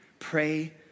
pray